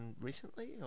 recently